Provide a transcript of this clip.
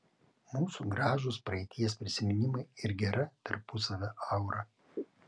mūsų gražūs praeities prisiminimai ir gera tarpusavio aura